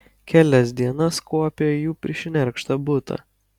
kelias dienas kuopė jų prišnerkštą butą